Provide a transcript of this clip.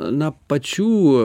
na pačių